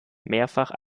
mehrfach